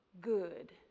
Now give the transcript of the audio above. good